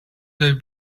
their